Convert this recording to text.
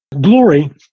glory